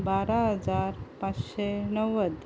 बारा हजार पांचशे णव्वद